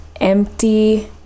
empty